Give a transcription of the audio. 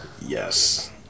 Yes